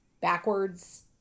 backwards